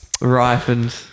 ripened